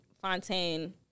Fontaine